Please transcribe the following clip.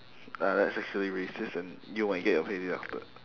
uh that's actually racist and you might get your payday after